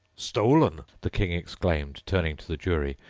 stolen! the king exclaimed, turning to the jury,